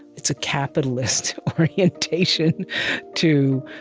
it's a capitalist orientation to,